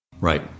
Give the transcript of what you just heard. Right